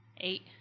eight